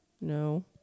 No